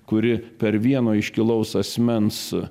kuri per vieno iškilaus asmens